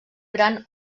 gran